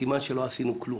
סימן שלא עשינו כלום.